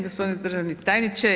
Gospodine državni tajniče.